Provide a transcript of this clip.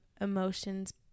emotions